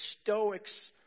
Stoics